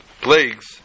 plagues